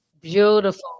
Beautiful